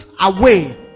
away